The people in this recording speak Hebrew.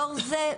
לאור זה,